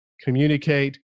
communicate